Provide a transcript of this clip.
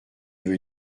veux